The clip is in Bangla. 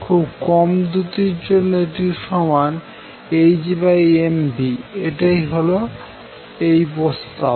খুব কম দ্রুতি জন্য এটি সমান hmv এটি হল এই প্রস্তাব